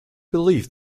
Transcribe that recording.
believe